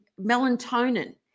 melatonin